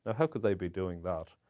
ah how could they be doing that?